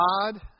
God